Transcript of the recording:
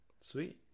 Sweet